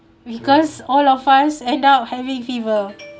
because all of us adult having fever